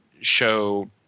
show